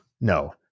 No